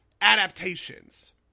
adaptations